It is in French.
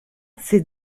c’est